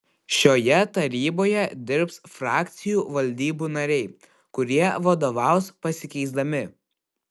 šioje taryboje dirbs frakcijų valdybų nariai kurie vadovaus pasikeisdami